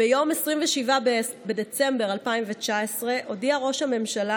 ביום 27 בדצמבר 2019 הודיע ראש הממשלה